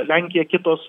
lenkija kitos